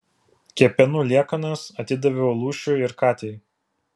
kepenų liekanas atidaviau lūšiui ir katei